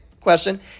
question